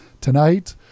tonight